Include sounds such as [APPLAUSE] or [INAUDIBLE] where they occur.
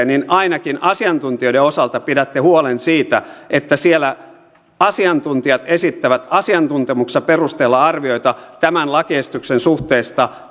[UNINTELLIGIBLE] niin ainakin asiantuntijoiden osalta pidätte huolen siitä että siellä asiantuntijat esittävät asiantuntemuksensa perusteella arvioita tämän lakiesityksen suhteesta [UNINTELLIGIBLE]